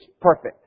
perfect